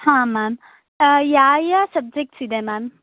ಹಾಂ ಮ್ಯಾಮ್ ಯಾವ್ಯಾವ ಸಬ್ಜೆಕ್ಟ್ಸ್ ಇದೆ ಮ್ಯಾಮ್